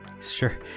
Sure